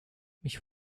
mich